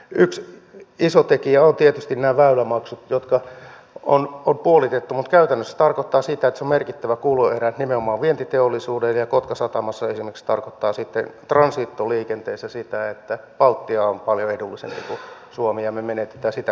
yksi iso tekijä on tietysti nämä väylämaksut jotka on puolitettu mutta käytännössä se tarkoittaa sitä että se on merkittävä kuluerä nimenomaan vientiteollisuudelle ja kotkan satamassa esimerkiksi se tarkoittaa sitten transitoliikenteessä sitä että baltia on paljon edullisempi kuin suomi ja me menetämme sitäkin kautta tuloja